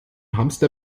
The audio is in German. hamster